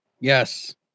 yes